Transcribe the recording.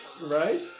Right